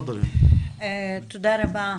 תודה רבה.